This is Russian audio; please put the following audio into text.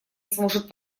сможет